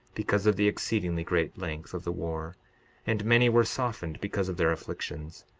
because of the exceedingly great length of the war and many were softened because of their afflictions,